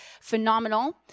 phenomenal